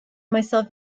myself